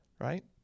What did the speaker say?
right